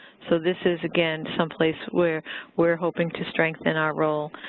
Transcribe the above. so this is, again, some place where we're hoping to strengthen our role.